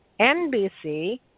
NBC